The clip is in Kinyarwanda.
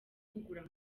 kugura